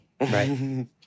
Right